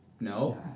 No